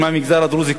מהמגזר הדרוזי,